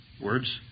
words